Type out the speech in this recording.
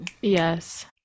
Yes